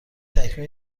چکمه